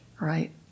right